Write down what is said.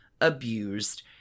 abused